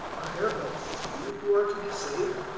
are there but few who are to be saved?